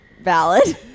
Valid